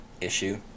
issue